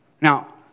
Now